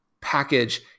package